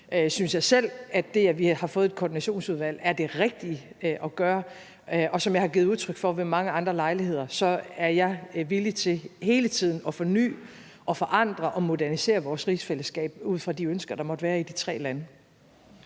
det er det rigtige, at vi har fået et koordinationsudvalg. Og som jeg har givet udtryk for ved mange andre lejligheder, er jeg villig til hele tiden at forny, forandre og modernisere vores rigsfællesskab ud fra de ønsker, der måtte være i de tre lande.